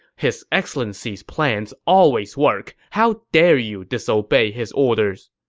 his excellency's plans always work. how dare you disobey his orders?